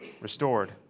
restored